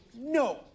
no